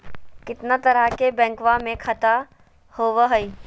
कितना तरह के बैंकवा में खाता होव हई?